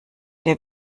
der